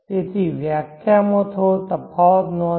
તેથી વ્યાખ્યામાં થોડો તફાવત નોંધો